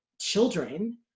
children